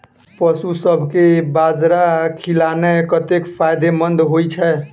पशुसभ केँ बाजरा खिलानै कतेक फायदेमंद होइ छै?